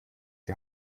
die